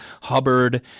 Hubbard